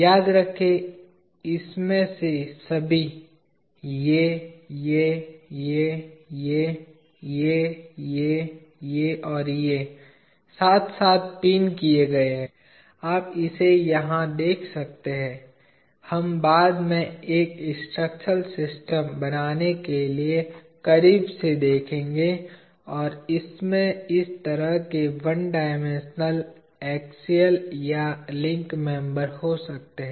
याद रखें इसमें से सभी ये ये ये ये ये ये ये और ये साथ साथ पिन किए गए हैं आप इसे यहां देख सकते हैं हम बाद में एक स्ट्रक्चर सिस्टम बनाने के लिए करीब से देखेंगे और इसमें इस तरह के 1 डायमेंशनल एक्सियल या लिंक मेंबर होते हैं